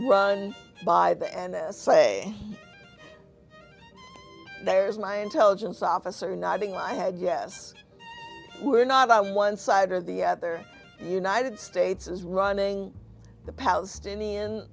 run by the and say there's my intelligence officer nodding my head yes we're not on one side or the other united states is running the palestinian